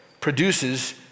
produces